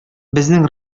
безнең